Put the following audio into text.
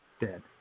dead